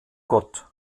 gott